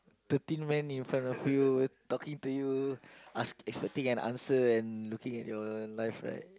thirteen men in front of you talking to you ask expecting an answer and looking at your knife like